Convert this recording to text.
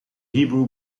hebrew